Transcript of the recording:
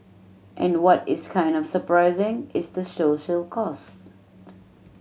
and what is kind of surprising is the social cost